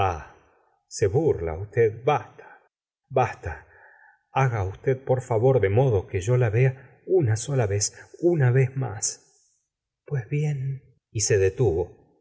se burla usted basta basta haga usted por favor de modo que yo la vea una sola vez una vez más pues bien y se detuvo